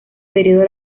período